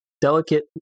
delicate